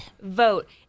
vote